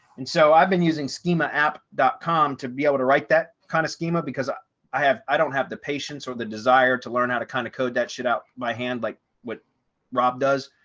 and so i've been using schema app com, to be able to write that kind of schema because i i have, i don't have the patience or the desire to learn how to kind of code that shit out by hand, like what rob does.